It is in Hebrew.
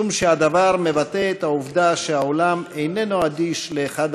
משום שהדבר מבטא את העובדה שהעולם איננו אדיש לאחד